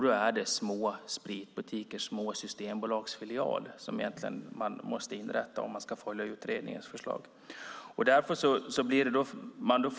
Då är det alltså små spritbutiker, små systembolagsfilialer, som man måste inrätta om man ska följa utredningens förslag.